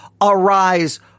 arise